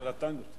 טנגו.